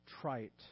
trite